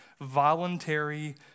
voluntary